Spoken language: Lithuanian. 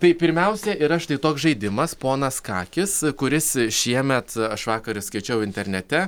tai pirmiausia yra štai tai toks žaidimas ponas kakis kuris šiemet aš vakar skaičiau internete